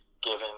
given